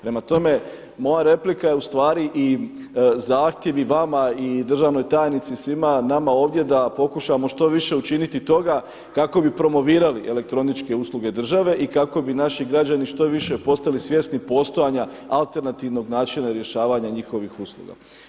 Prema tome, moja replika je u stvari i zahtjev i vama i državnoj tajnici i svima nama ovdje da pokušamo što više učiniti toga kako bi promovirali elektroničke usluge države i kako bi naši građani što više postali svjesni postojanja alternativnog načina rješavanja njihovih usluga.